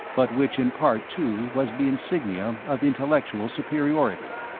but which in part, too, was the insignia of intellectual superiority.